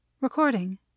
Recording